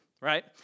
right